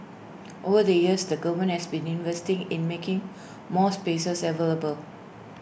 over the years the government has been investing in making more spaces available